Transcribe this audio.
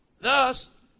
Thus